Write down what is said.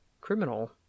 criminal